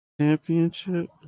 championship